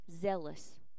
zealous